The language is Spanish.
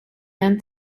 han